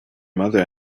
mother